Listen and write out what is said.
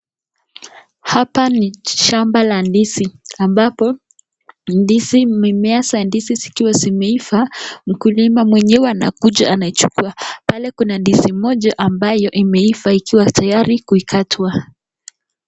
Hapa ni shamba la ndizi ambapo ndizi mimea za ndizi zikiwa zimeiva mkulima mwenyewe anakuja anachukua, pale kuna ndizi moja ambaye imeiva ikiwa tayari kuikatwa.